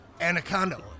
anaconda